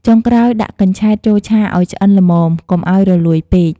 ចុងក្រោយដាក់កញ្ឆែតចូលឆាឲ្យឆ្អិនល្មម កុំឲ្យរលួយពេក។